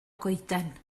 goeden